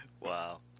Wow